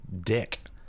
dick